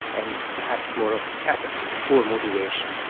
and perhaps more of apathy, poor motivation.